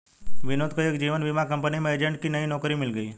विनोद को एक जीवन बीमा कंपनी में एजेंट की नई नौकरी मिल गयी